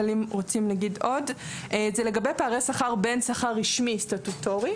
היא לגבי פערי שכר בין שכר רשמי סטטוטורי